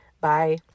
Bye